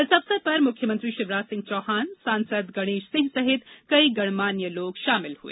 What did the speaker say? इस अवसर पर मुख्यमंत्री शिवराज सिंह चौहान सांसद गणेश सिंह सहित कई गणमान्य लोग शामिल हुए